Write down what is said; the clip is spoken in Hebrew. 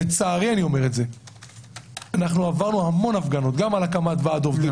לצערי אני אומר שעברנו המון הפגנות גם על הקמת ועד עובדים,